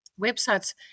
websites